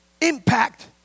impact